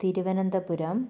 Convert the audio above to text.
Thiruvananthapuram